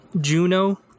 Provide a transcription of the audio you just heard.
Juno